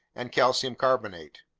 and calcium carbonate.